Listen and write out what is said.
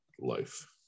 life